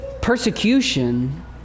persecution